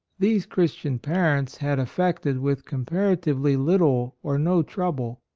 these christian parents had effected with comparatively little or no trouble.